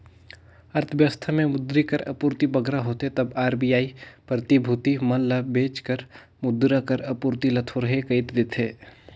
अर्थबेवस्था में मुद्रा कर आपूरति बगरा होथे तब आर.बी.आई प्रतिभूति मन ल बेंच कर मुद्रा कर आपूरति ल थोरहें कइर देथे